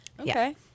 Okay